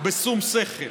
בשום שכל.